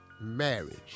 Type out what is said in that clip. marriage